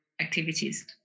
activities